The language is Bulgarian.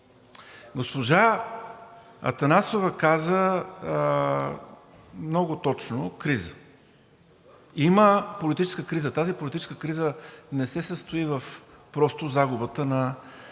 Госпожа Атанасова каза много точно, че има политическа криза и тази политическа криза не се състои просто в загубата на